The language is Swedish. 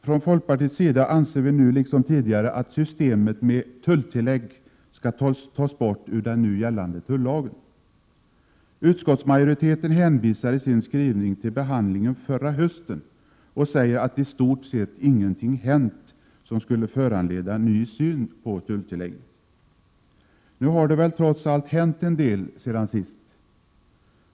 Från folkpartiets sida anser vi nu liksom tidigare att systemet med tulltillägg skall tas bort ur den nu gällande tullagen. Utskottsmajoriteten hänvisar i sin skrivning till behandlingen förra hösten och säger att i stort sett ingenting hänt som skulle föranleda en ny syn på tulltillägget. Nu har det trots allt hänt en hel del sedan sist.